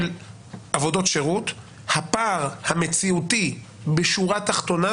הפער המציאותי בשורה התחתונה,